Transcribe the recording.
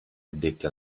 addetti